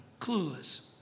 clueless